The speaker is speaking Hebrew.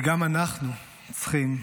וגם אנחנו צריכים,